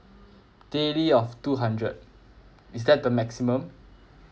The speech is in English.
daily of two hundred is that the maximum